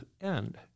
end